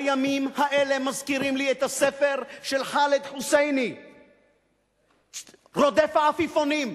הימים האלה מזכירים לי את הספר של חאלד חוסייני "רודף העפיפונים".